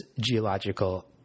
geological